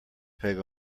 peg